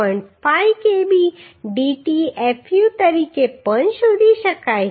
5 kb dt fu તરીકે પણ શોધી શકાય